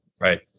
right